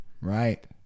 Right